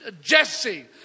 Jesse